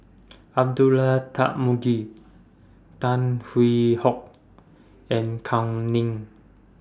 Abdullah Tarmugi Tan Hwee Hock and Kam Ning